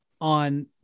on